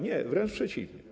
Nie, wręcz przeciwnie.